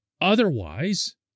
Otherwise